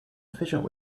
efficient